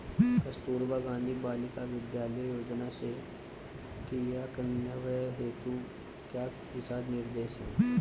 कस्तूरबा गांधी बालिका विद्यालय योजना के क्रियान्वयन हेतु क्या दिशा निर्देश हैं?